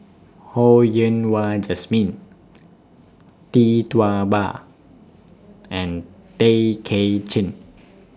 Ho Yen Wah Jesmine Tee Tua Ba and Tay Kay Chin